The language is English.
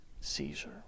Caesar